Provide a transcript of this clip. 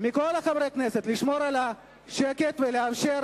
מכל חברי הכנסת לשמור על השקט ולאפשר